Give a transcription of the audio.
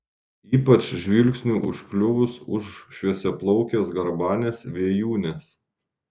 ypač žvilgsniui užkliuvus už šviesiaplaukės garbanės vėjūnės